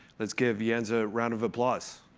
let's give jens a round of applause.